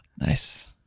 Nice